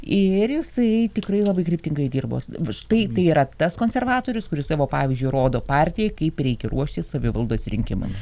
ir jisai tikrai labai kryptingai dirbo štai tai yra tas konservatorius kuris savo pavyzdžiu rodo partijai kaip reikia ruoštis savivaldos rinkimams